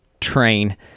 train